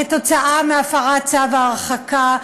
כתוצאה מהפרת צו ההרחקה,